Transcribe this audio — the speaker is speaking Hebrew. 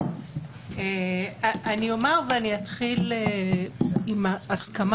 אני אתחיל עם ההסכמה